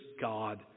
God